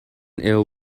ill